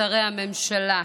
שרי הממשלה,